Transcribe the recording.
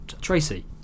Tracy